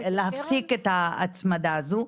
להפסיק את ההצמדה הזו.